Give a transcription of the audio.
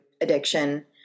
addiction